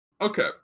Okay